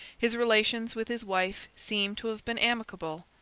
his relations with his wife seem to have been amicable,